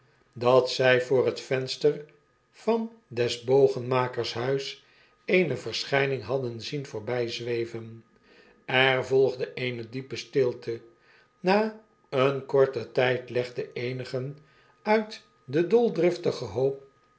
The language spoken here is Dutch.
dat zy voor het venster van des bogenmakers huis eene verschijning hadden zien voorbijzweven er volgde eene diepe stilte na eenen korten tijd legden eenigen uit den doidriftigen hoop